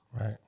Right